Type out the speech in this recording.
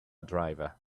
driver